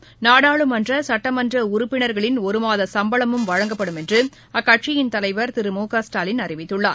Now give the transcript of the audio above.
புயல் நாடாளுமன்ற சட்டமன்றஉறுப்பினர்களின் ஒருமாதசம்பளமும்வழங்கப்படும் என்றுஅக்கட்சியின் தலைவர் திரு மு க ஸ்டாலின் அறிவித்துள்ளார்